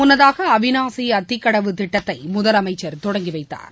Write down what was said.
முன்னதாக அவினாசி அத்திக்கடவு திட்டத்தை முதலமைச்சர் தொடங்கிவைத்தார்